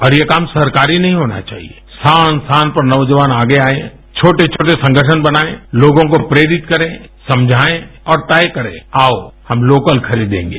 और ये काम सरकारी नहीं होना चाहिए स्थान स्थान पर नौजवान आगे आएं छोटे छोटे संगठन बनायें लोगों को प्रेरित करें समझाएं और तय करें आओ हम लोकल खरीदेंगे